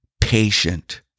patient